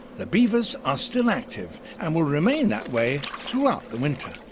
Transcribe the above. the beavers are still active and will remain that way throughout the winter.